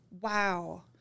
Wow